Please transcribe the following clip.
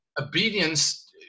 obedience